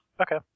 Okay